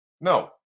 No